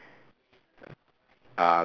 ah